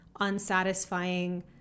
unsatisfying